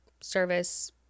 service